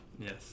Yes